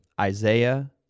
Isaiah